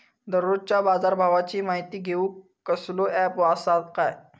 दररोजच्या बाजारभावाची माहिती घेऊक कसलो अँप आसा काय?